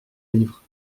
livre